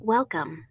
Welcome